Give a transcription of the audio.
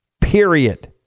Period